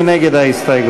מי נגד ההסתייגות?